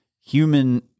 human